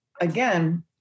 again